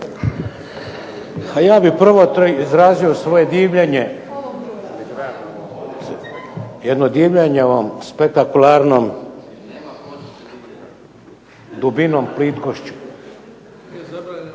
Ja bih prvo izrazio svoje divljenje ovom spektakularnom dubinom plitkošću.